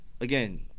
again